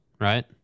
right